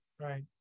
Right